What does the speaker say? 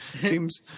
Seems